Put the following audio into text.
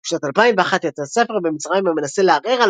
בשנת 2001 יצא ספר במצרים המנסה לערער על